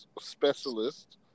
specialist